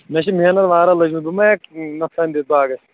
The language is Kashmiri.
مےٚ چھِ محنت واریاہ لٔج مٕژ بہٕ مہ ہیٚکہٕ نۄقصان دِتھ باغس